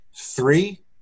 three